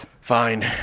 Fine